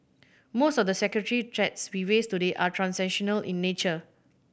most of the security threats we face today are transnational in nature